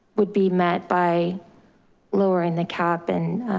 would be met by lowering the cap and